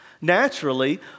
Naturally